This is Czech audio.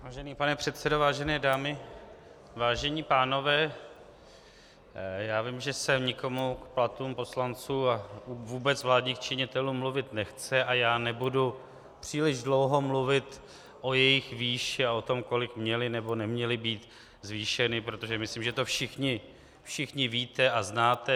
Vážený pane předsedo, vážené dámy, vážení pánové, já vím, že se nikomu k platům poslanců a vůbec vládních činitelů mluvit nechce, a já nebudu příliš dlouho mluvit o jejich výši a o tom, o kolik měly nebo neměly být zvýšeny, protože myslím, že to všichni víte a znáte.